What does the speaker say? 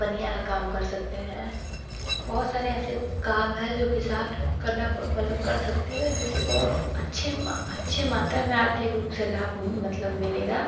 बनिया का काम कर सकते हैं बहुत सारे ऐसे काम हैं जो किसान करना प मतलब करना प मतलब कर सकते हैं जिसे बहुत अच्छे म अच्छे मात्रा में आर्थिक रूप से लाभ मतलब मिलेगा